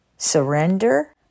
Surrender